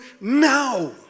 now